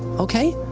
okay?